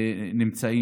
שנית,